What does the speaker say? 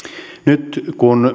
nyt kun